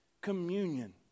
Communion